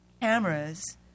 cameras